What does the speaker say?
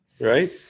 right